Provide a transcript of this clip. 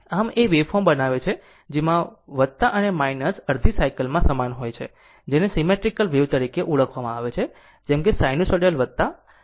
આમ એ વેવફોર્મ બનાવે છે જેમાં અને અડધી સાયકલ માં સમાન હોય છે તેને સીમેટ્રીકલ વેવ તરીકે ઓળખવામાં આવે છે જેમ કે સાઈનુસાઇડલ માં અને અડધી સાયકલ માં સમાન છે